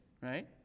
right